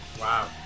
wow